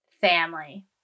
Family